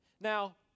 Now